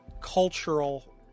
cultural